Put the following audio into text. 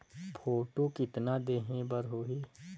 Photo कतना देहें बर होहि?